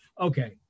Okay